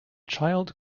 child